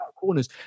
corners